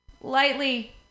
lightly